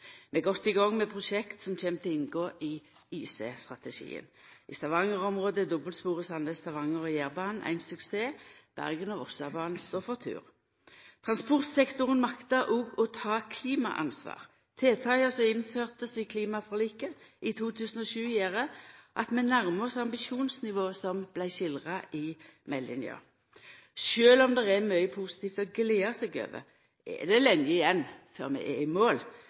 er godt i gang med prosjekt som kjem til å inngå i IC-strategien. I Stavanger-området er dobbeltsporet Sandnes–Stavanger og Jærbanen ein suksess. Bergen og Vossabanen står for tur. Transportsektoren maktar òg å ta klimaansvar. Dei tiltaka som er innførde sidan klimaforliket i 2007, gjer at vi nærmar oss ambisjonsnivået som vart skildra i meldinga. Sjølv om det er mykje positivt å gle seg over, er det lenge igjen før vi er i mål.